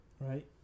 Right